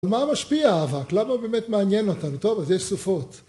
על מה משפיע האבק? למה הוא באמת מעניין אותנו? טוב, אז יש סופות.